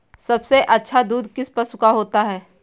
सबसे अच्छा दूध किस पशु का होता है?